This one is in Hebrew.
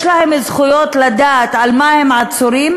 יש להם זכות לדעת על מה הם עצורים,